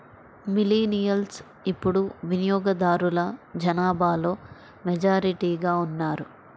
millennials ఇప్పుడు వినియోగదారుల జనాభాలో మెజారిటీగా ఉన్నారు